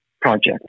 project